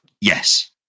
yes